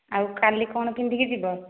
ଆଉ କାଲି କ'ଣ ପିନ୍ଧିକି ଯିବ